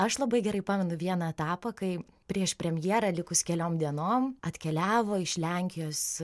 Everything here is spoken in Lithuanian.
aš labai gerai pamenu vieną etapą kai prieš premjerą likus keliom dienom atkeliavo iš lenkijos